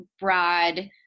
broad